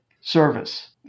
service